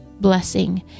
blessing